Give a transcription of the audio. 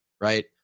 right